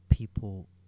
people